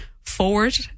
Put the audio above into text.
forward